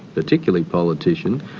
particularly politician,